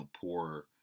poor